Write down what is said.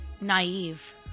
naive